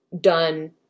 done